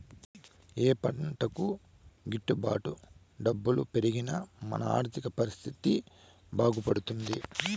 ఏ పంటకు గిట్టు బాటు డబ్బులు పెరిగి మన ఆర్థిక పరిస్థితి బాగుపడుతుంది?